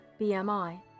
BMI